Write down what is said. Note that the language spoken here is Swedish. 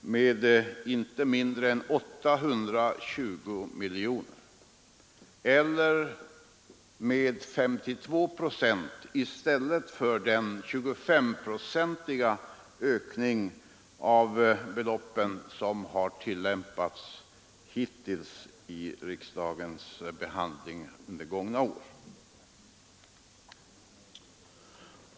med inte mindre än 820 miljoner kronor eller med 52 procent i stället för den 25-procentiga ökning av beloppen som vi haft under de gångna åren.